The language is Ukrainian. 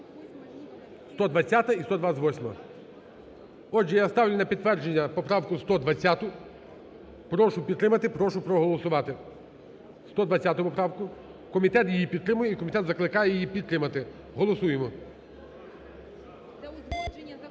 120-а і 128-а. Отже я ставлю на підтримання поправку 120-у. Прошу підтримати, прошу проголосувати. 120-у поправку. Комітет її підтримує і комітет закликає її підтримати. Голосуємо.